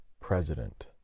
president